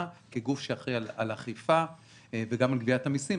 כגוף שאחראי על אכיפה וגם על גביית המסים.